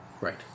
Right